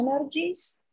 energies